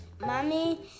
Mommy